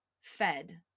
fed